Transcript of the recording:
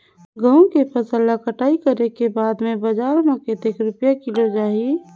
गंहू के फसल ला कटाई करे के बाद बजार मा कतेक रुपिया किलोग्राम जाही?